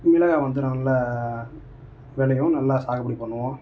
மிளகா வந்து நல்ல விளையும் நல்லா சாகுபடி பண்ணுவோம்